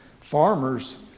farmers